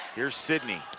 here's sidney.